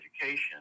education